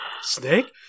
Snake